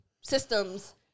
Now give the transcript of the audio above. systems